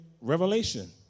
revelation